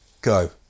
Go